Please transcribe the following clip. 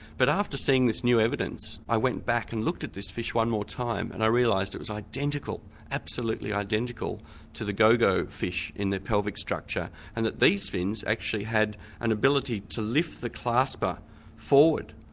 but after seeing this new evidence i went back and looked at this fish one more time and i realised it was absolutely identical to the gogo fish in the pelvic structure and that these fins actually had an ability to lift the clasper forward.